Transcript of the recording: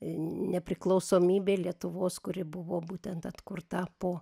nepriklausomybė lietuvos kuri buvo būtent atkurta po